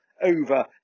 over